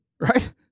right